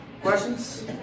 questions